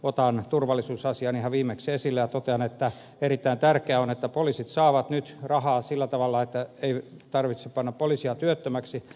otan turvallisuusasian ihan viimeksi esille ja totean että erittäin tärkeää on että poliisit saavat nyt rahaa sillä tavalla että ei tarvitse panna poliiseja työttömiksi